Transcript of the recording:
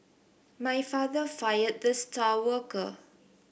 my father fired the star worker